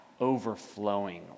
overflowing